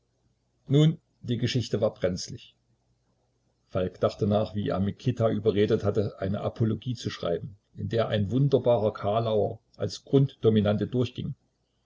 nun die geschichte war brenzlich falk dachte nach wie er mikita überredet hatte eine apologie zu schreiben in der ein wunderbarer kalauer als grunddominante durchging